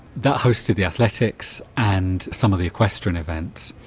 that hosted the athletics and some of the equestrian events.